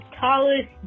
tallest